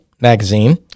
magazine